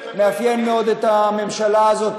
מאפיין מאוד את הממשלה הזאת,